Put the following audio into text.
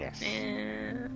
Yes